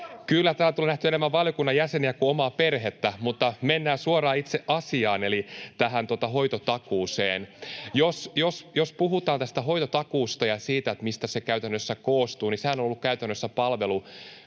— ja täällä tulee nähtyä enemmän valiokunnan jäseniä kuin omaa perhettä. Mutta mennään suoraan itse asiaan eli tähän hoitotakuuseen. [Krista Kiuru: Kuulostaa kyllä pahalta!] Jos puhutaan tästä hoitotakuusta ja siitä, mistä se käytännössä koostuu, niin sehän on ollut käytännössä palveluvelvoite